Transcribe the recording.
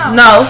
no